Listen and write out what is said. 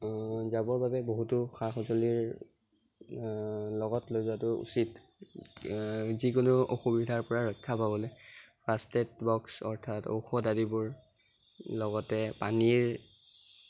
যাবৰ বাবে বহুতো সা সঁজুলিৰ লগত লৈ যোৱাটো উচিত যিকোনো অসুবিধাৰ পৰা ৰক্ষা পাবলৈ ফাষ্ট এইড বক্স অৰ্থাৎ ঔষধ আদিবোৰ লগতে পানীৰ